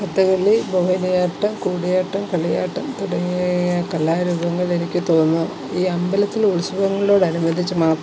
കഥകളി മോഹിനിയാട്ടം കൂടിയാട്ടം കളിയാട്ടം തുടങ്ങിയ കലാരൂപങ്ങളെനിക്ക് തോന്നുന്നു ഈ അമ്പലത്തിലെ ഉത്സവങ്ങളോടനുബന്ധിച്ച് മാത്രം